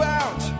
out